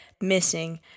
missing